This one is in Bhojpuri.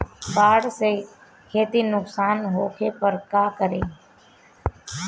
बाढ़ से खेती नुकसान होखे पर का करे?